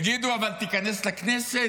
יגידו: אבל תיכנס לכנסת,